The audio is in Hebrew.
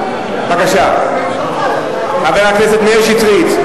בבקשה, חבר הכנסת מאיר שטרית.